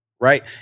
right